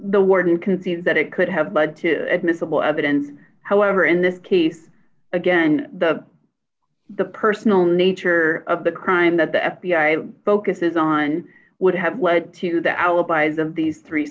the word you can see that it could have led to admissible evidence however in this case again the the personal nature of the crime that the f b i focuses on would have led to the alibis of these three